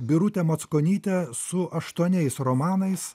birutė mackonytė su aštuoniais romanais